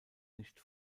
nicht